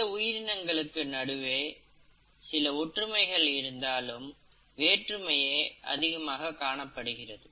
இந்த உயிரினங்களுக்கு நடுவே சில ஒற்றுமைகள் இருந்தாலும் வேற்றுமையே அதிகமாக காணப்படுகிறது